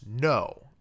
no